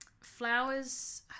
flowers